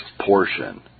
portion